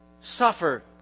suffer